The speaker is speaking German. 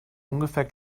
ungefähr